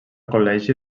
col·legi